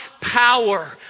power